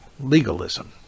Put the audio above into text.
legalism